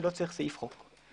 ולא צריכים סעיף חוק.